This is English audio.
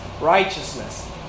righteousness